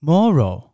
Moral